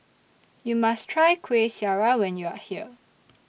YOU must Try Kueh Syara when YOU Are here